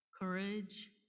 courage